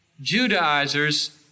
Judaizers